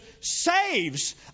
saves